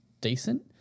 decent